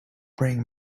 bring